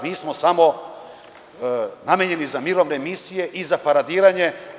Mi smo samo namenjeni za mirovne misije i za paradiranje.